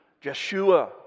Joshua